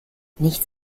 nichts